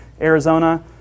Arizona